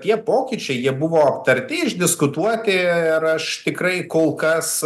tie pokyčiai jie buvo aptarti išdiskutuoti ir aš tikrai kol kas